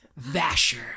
Vasher